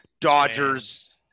Dodgers